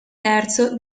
terzo